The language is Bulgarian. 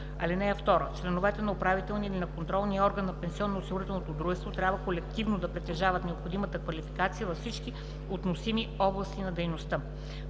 (2) Членовете на управителния и на контролния орган на пенсионноосигурителното дружество трябва колективно да притежават необходимата квалификация във всички относими области на дейността.